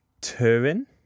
Turin